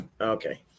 Okay